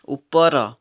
ଉପର